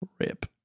RIP